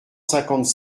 cinquante